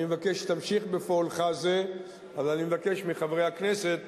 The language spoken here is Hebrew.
אני מבקש שתמשיך בפועלך זה, ואני מבקש מחברי הכנסת